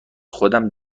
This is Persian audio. خودم